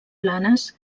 planes